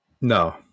No